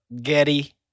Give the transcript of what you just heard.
Getty